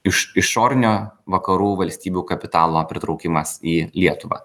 iš išorinio vakarų valstybių kapitalo pritraukimas į lietuvą